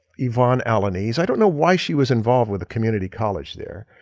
yvonne alaniz. i don't know why she was involved with a community college there.